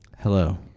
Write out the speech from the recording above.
Hello